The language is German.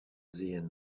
sehen